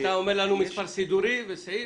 אתה אומר לנו מספר סידורי וסעיף.